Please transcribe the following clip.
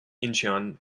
incheon